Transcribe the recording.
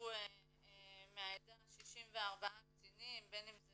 יצאו מהעדה 64 קצינים, בין אם זה